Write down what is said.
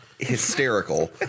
hysterical